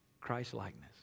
Christ-likeness